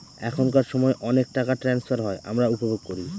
এখনকার সময় অনেক টাকা ট্রান্সফার হয় আমরা উপভোগ করি